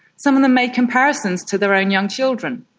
some of them made comparisons to their own young children.